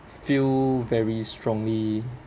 feel very strongly